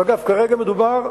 אגב, כרגע מדובר,